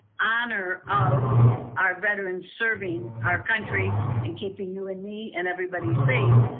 honor of our veterans serving our country and keeping you and me and everybody safe,